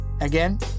again